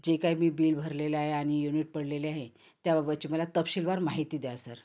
जे काय मी बिल भरलेलं आहे आणि युनिट पडलेले आहे त्याबाबचे मला तपशीलवार माहिती द्या सर